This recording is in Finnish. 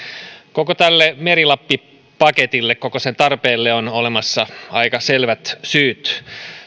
koko tälle meri lappi paketille koko sen tarpeelle on olemassa aika selvät syyt